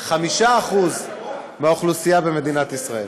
5% מהאוכלוסייה במדינת ישראל.